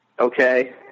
okay